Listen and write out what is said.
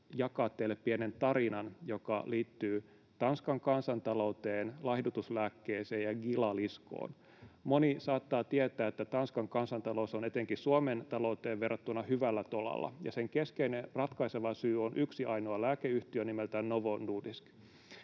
jakaa teille pienen tarinan, joka liittyy Tanskan kansantalouteen, laihdutuslääkkeeseen ja gilaliskoon. Moni saattaa tietää, että Tanskan kansantalous on etenkin Suomen talouteen verrattuna hyvällä tolalla, ja sen keskeinen ratkaiseva syy on yksi ainoa lääkeyhtiö nimeltään Novo Nordisk.